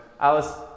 Alice